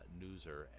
newser